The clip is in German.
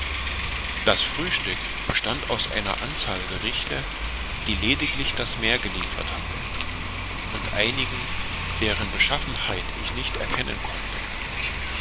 das frühstück bestand aus einer anzahl gerichte die lediglich das meer geliefert hatte und einigen deren beschaffenheit ich nicht erkennen konnte